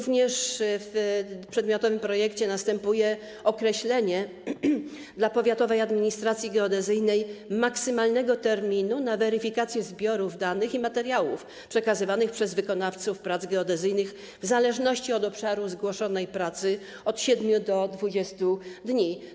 W przedmiotowym projekcie następuje również określenie dla powiatowej administracji geodezyjnej maksymalnego terminu przewidzianego na weryfikację zbiorów danych i materiałów przekazywanych przez wykonawców prac geodezyjnych, w zależności od obszaru zgłoszonej pracy: od 7 do 20 dni.